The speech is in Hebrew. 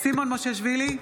סימון מושיאשוילי,